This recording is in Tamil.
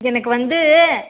எனக்கு வந்து